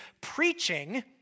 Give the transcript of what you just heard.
preaching